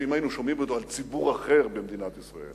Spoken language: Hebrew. שאם היינו שומעים אותם על ציבור אחר במדינת ישראל